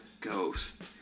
ghost